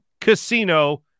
Casino